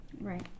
Right